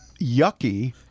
Yucky